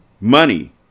Money